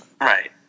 right